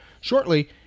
shortly